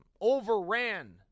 overran